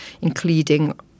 including